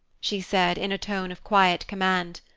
she said, in a tone of quiet command.